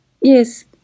Yes